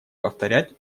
повторять